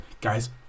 guys